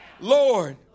Lord